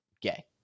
gay